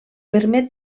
permet